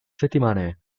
settimane